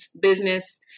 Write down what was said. business